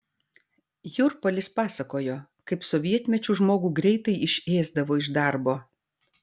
jurpalis pasakojo kaip sovietmečiu žmogų greitai išėsdavo iš darbo